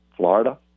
Florida